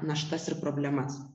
naštas ir problemas